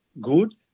good